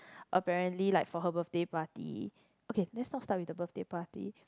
apparently like for her birthday party okay let's not start with the birthday party